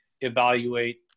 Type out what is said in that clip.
evaluate